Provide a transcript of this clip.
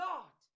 God